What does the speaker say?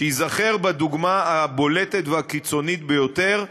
שייזכר בדוגמה הבולטת והקיצונית ביותר,